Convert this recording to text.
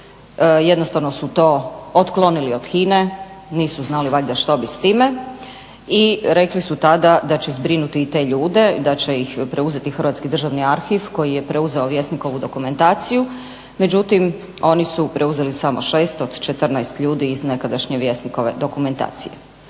jednostavno su to otklonili od HINA-e, nisu znali valjda što bi s time i rekli su tada da će zbrinuti i te ljude, da će ih preuzeti Hrvatski državni arhiv koji je preuzeo Vjesnikovu dokumentaciju. Međutim, oni su preuzeli samo 6 od 14 ljudi iz nekadašnje Vjesnikove dokumentacije.